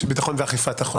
ביטחון ואכיפת החוק.